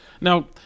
Now